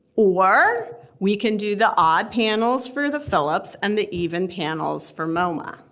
or we can do the odd panels for the phillips and the even panels for moma.